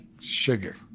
sugar